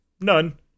none